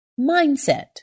Mindset